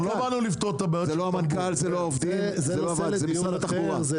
זה לא המנכ"ל וזה לא העובדים אלא זה משרד התחבורה.